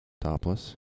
topless